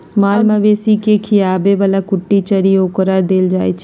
माल मवेशी के खीयाबे बला कुट्टी चरी ओकरा देल जाइ छै